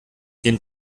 den